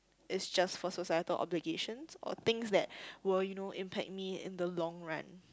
is just for societal obligations or things that will you know impact me in the long run